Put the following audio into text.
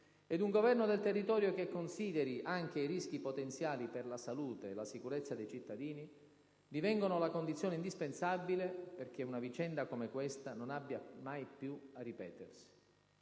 ed un governo del territorio che consideri anche i rischi potenziali per la salute e la sicurezza dei cittadini, divengono la condizione indispensabile perché una vicenda come questa non abbia mai più a ripetersi.